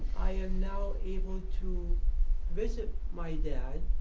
i am now able to visit my dad.